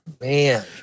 Man